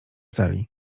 celi